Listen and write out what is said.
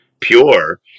pure